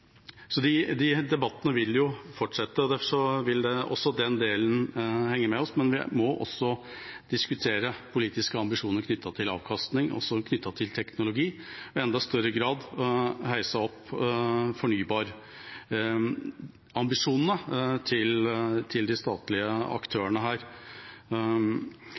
De debattene vil fortsette. Derfor vil den delen henge med oss, men vi må også diskutere politiske ambisjoner knyttet til avkastning og teknologi og i enda større grad heise fornybarambisjonene til de statlige aktørene.